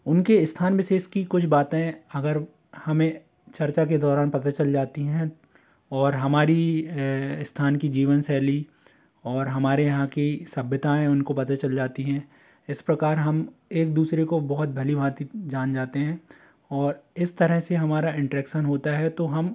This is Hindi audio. उनके स्थान विशेष की कुछ बातें अगर हमें चर्चा के दौरान पता चल जाती है और हमारी स्थान की जीवन शैली और हमारे यहाँ की सभ्यताएँ उनको पता चल जाती हैं इस प्रकार हम एक दूसरे को बहुत भली भाँति जान जाते हैं और इस तरह से हमारा इंटरेक्सन होता है तो हम